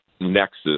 nexus